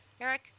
Eric